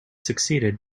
succeeded